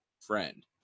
friend